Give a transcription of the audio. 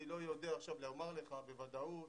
אני לא יודע לומר לך בוודאות